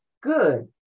good